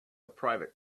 private